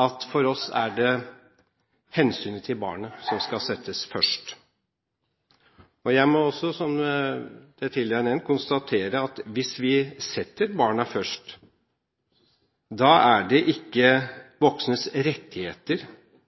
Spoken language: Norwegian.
at for oss er det hensynet til barnet som skal settes først. Jeg må også – som det tidligere er nevnt – konstatere at hvis vi setter barnet først, er det ikke